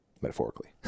metaphorically